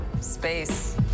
space